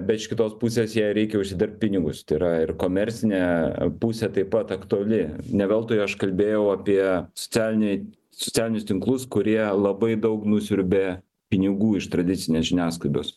bet iš kitos pusės jai reikia užsidirbt pinigus tai yra ir komercinė pusė taip pat aktuali ne veltui aš kalbėjau apie socialiniai socialinius tinklus kurie labai daug nusiurbia pinigų iš tradicinės žiniasklaidos